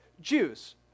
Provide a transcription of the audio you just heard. Jews